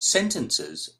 sentences